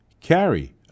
carry